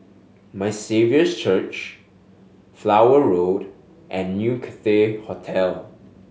My Saviour's Church Flower Road and New Cathay Hotel